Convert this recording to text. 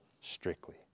strictly